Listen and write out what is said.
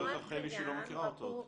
אומרת רחלי שהיא לא מכירה אותו.